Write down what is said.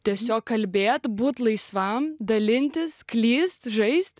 tiesiog kalbėt būt laisvam dalintis klyst žaist